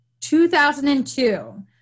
2002